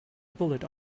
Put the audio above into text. bullet